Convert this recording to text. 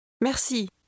Merci